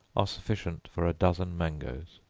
are sufficient for a dozen mangoes.